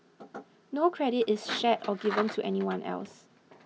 no credit is shared or given to anyone else